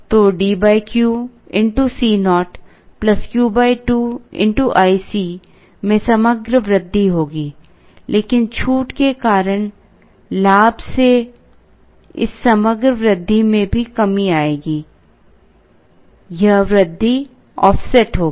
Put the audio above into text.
तो D Q Co Q 2 i C में समग्र वृद्धि होगी लेकिन छूट के कारण लाभ से इस समग्र वृद्धि में भी कमी आएगी यह वृद्धि ऑफसेट होगी